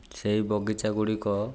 ସେଇ ବଗିଚା ଗୁଡ଼ିକ